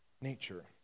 nature